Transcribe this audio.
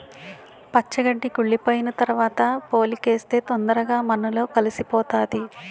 పచ్చి గడ్డి కుళ్లిపోయిన తరవాత పోలికేస్తే తొందరగా మన్నులో కలిసిపోతాది